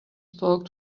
spoke